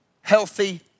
healthy